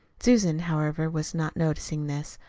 susan, however, was not noticing this.